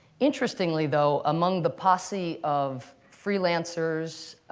interestingly, though, among the posse of freelancers